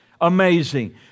amazing